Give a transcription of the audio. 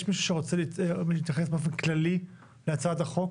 יש מישהו שרוצה להתייחס באופן כללי להצעת החוק,